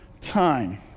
time